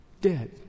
dead